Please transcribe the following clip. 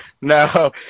No